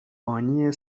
بانی